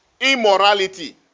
Immorality